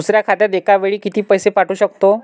दुसऱ्या खात्यात एका वेळी किती पैसे पाठवू शकतो?